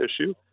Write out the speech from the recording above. issue